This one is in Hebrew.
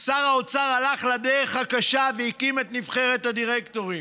שר האוצר הלך לדרך הקשה והקים את נבחרת הדירקטורים.